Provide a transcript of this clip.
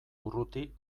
urruti